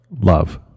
love